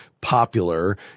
popular